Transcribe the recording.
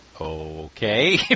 okay